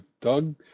Doug